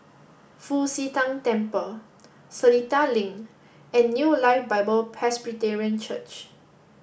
Fu Xi Tang Temple Seletar Link and New Life Bible Presbyterian Church